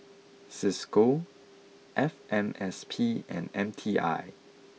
Cisco F M S P and M T I